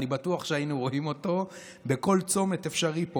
אני בטוח שהיינו רואים אותו בכל צומת אפשרי פה,